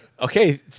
Okay